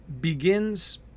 begins